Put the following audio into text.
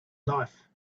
life